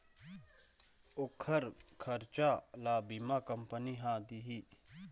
ओखर खरचा ल बीमा कंपनी ह दिही